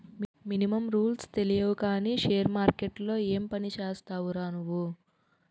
Minimum రూల్సే తెలియవు కానీ షేర్ మార్కెట్లో ఏం పనిచేస్తావురా నువ్వు?